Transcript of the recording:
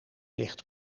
ligt